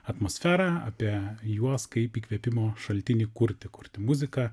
atmosferą apie juos kaip įkvėpimo šaltinį kurti kurti muziką